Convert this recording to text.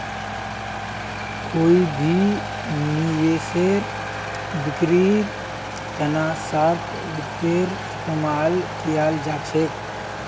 कोई भी निवेशेर बिक्रीर तना शार्ट वित्तेर इस्तेमाल कियाल जा छेक